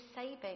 saving